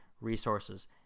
resources